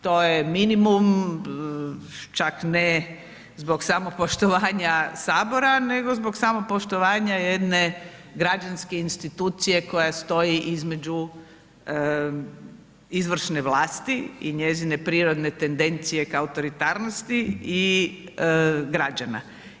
To je minimum, čak ne zbog samog poštovanja Sabora nego zbog samog poštovanja jedne građanske institucije koja stoji između izvršne vlasti i njezine prirodne tendencije kao autoritarnosti i građana.